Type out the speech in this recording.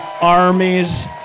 armies